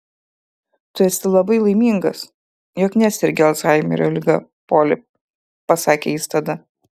tu esi labai laimingas jog nesergi alzhaimerio liga poli pasakė jis tada